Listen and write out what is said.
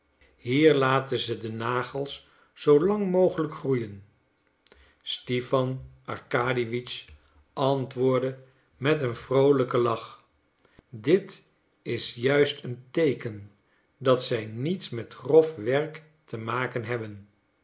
hier laten ze de nagels zoo lang mogelijk groeien stipan arkadiewitsch antwoordde met een vroolijken lach dit is juist een teeken dat zij niets met grof werk te maken hebben